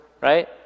right